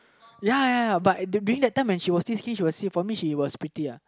ya ya ya but during that time when she was still skinny for me she was pretty uh